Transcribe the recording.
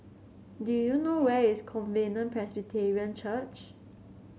do you know where is Covenant Presbyterian Church